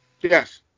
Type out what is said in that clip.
yes